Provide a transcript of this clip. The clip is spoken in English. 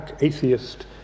atheist